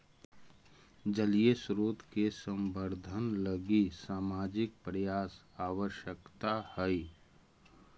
जलीय स्रोत के संवर्धन लगी सामाजिक प्रयास आवश्कता हई